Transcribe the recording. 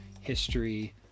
history